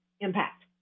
impact